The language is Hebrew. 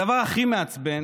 הדבר הכי מעצבן